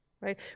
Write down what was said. right